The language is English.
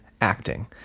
acting